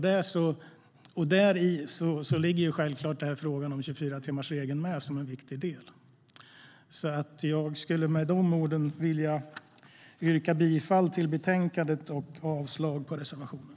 Där ligger självklart frågan om 24-timmarsregeln med som en viktig del. Jag vill med dessa ord yrka bifall till utskottets förslag till beslut och avslag på reservationerna.